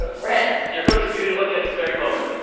ah red. your go-to beauty look at this very moment?